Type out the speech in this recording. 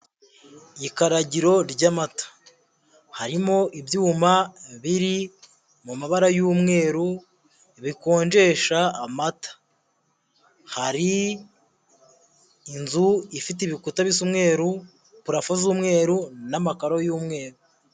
Ikaragiro ry'amata. Harimo ibyuma biri mu mabara y'umweru bikonjesha amata. Hari inzu ifite ibikuta bisa umweru, purafo z'umweru n'amakaro y'umweru.